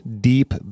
deep